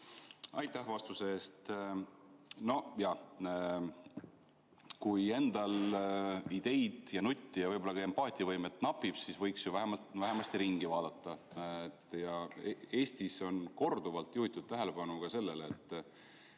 Aitäh vastuse eest! Noh, jah, kui endal ideid, nutti ja võib-olla ka empaatiavõimet napib, siis võiks ju vähemasti ringi vaadata. Eestis on korduvalt juhitud tähelepanu ka sellele, et